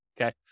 okay